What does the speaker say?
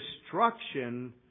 destruction